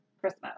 Christmas